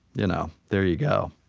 you know there you go.